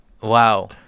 Wow